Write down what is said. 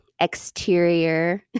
exterior